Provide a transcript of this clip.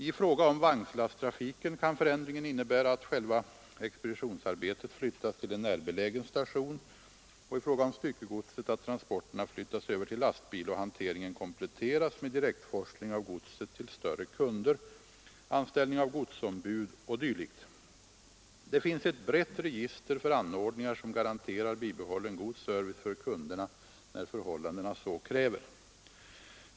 I fråga om vagnslasttrafiken kan förändringen innebära att själva expeditionsarbetet flyttas till en närbelägen station och i fråga om styckegodset att transporterna flyttas över till lastbil och hanteringen kompletteras med direktforsling av godset till större kunder, anställning av godsombud o. d. Det finns ett brett register för anordningar som garanterar bibehållen god service för kunderna, när förhållandena så kräver.